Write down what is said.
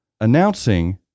announcing